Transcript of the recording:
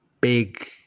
big